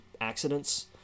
accidents